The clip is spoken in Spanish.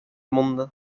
mundo